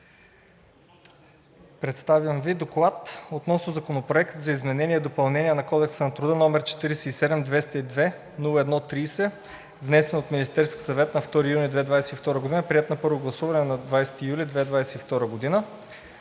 Представям Ви: „Доклад относно Законопроект за изменение и допълнение на Кодекса на труда, № 47-202-01-30, внесен от Министерския съвет на 2 юни 2022 г., приет на първо гласуване на 20 юли 2022 г.